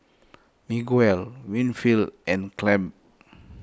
Miguel Winfield and Clabe